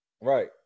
right